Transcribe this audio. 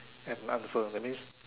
an answer that means